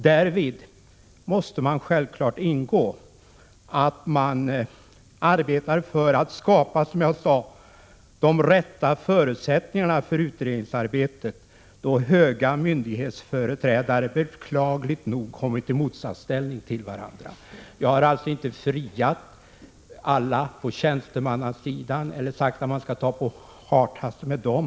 Däri måste självfallet ingå att man, som jag sade, arbetar för att skapa de rätta förutsättningarna för utredningsarbetet då höga myndighetsföreträdare beklagligt nog kommit i motsatsställning till varandra. Jag har alltså inte friat alla på tjänstemannasidan eller sagt att man skall ta till hartassen med dem.